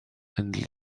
and